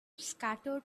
scattered